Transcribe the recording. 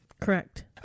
Correct